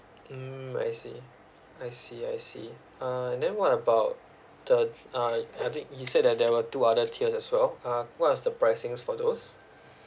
mm I see I see I see uh then what about the uh I think you said that there were two other tiers as well uh what are the pricing for those